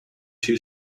two